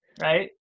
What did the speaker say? Right